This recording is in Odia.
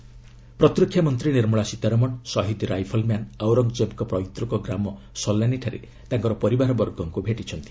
ସୀତାରମଣ ପ୍ରତିରକ୍ଷା ମନ୍ତ୍ରୀ ନିର୍ମଳା ସୀତାରମଣ ଶହୀଦ୍ ରାଇଫଲ୍ ମ୍ୟାନ୍ ଆଉରଙ୍ଗ୍ଜେବ୍ଙ୍କ ପୈତୃକ ଗ୍ରାମ ସଲାନୀଠାରେ ତାଙ୍କର ପରିବାରବର୍ଗଙ୍କୁ ଭେଟିଛନ୍ତି